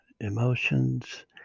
emotions